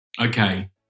Okay